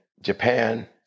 Japan